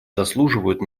заслуживают